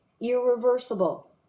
irreversible